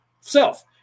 self